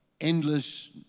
endless